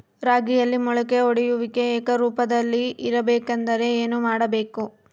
ರಾಗಿಯಲ್ಲಿ ಮೊಳಕೆ ಒಡೆಯುವಿಕೆ ಏಕರೂಪದಲ್ಲಿ ಇರಬೇಕೆಂದರೆ ಏನು ಮಾಡಬೇಕು?